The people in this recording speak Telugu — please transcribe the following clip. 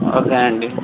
ఓకే అండి